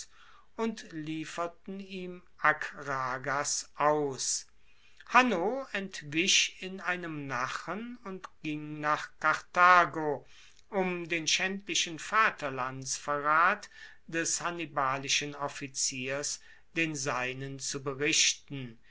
und lieferten ihm akragas aus hanno entwich in einem nachen und ging nach karthago um den schaendlichen vaterlandsverrat des hannibalischen offiziers den seinen zu berichten